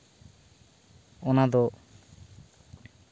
ᱚᱱᱟ ᱫᱚ